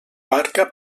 barca